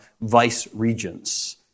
vice-regents